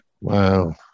Wow